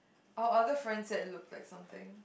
our other friend said it looked like something